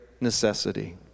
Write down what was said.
necessity